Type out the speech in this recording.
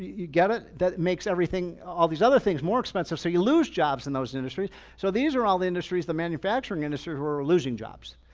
you get it. that makes everything, all of these other things more expensive, so you lose jobs in those industries. so these are all the industries, the manufacturing industry who are losing jobs.